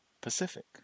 Pacific